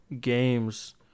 games